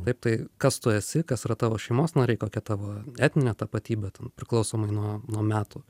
taip tai kas tu esi kas yra tavo šeimos nariai kokia tavo etninė tapatybė ten priklausomai nuo nuo metų